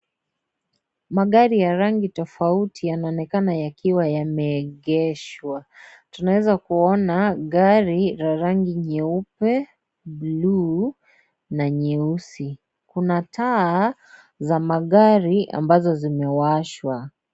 Magari ya rangi tofauti yanaonekana yakiwa yameegeshwa, tunaweza kuona gari la rangi nyeupe, buluu na nyeusi, kuna taa za magari ambazo zimewashwa.